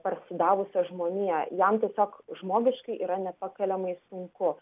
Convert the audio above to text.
parsidavusią žmonija jam tiesiog žmogiškai yra nepakeliamai sunku